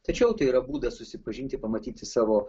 tačiau tai yra būdas susipažinti pamatyti savo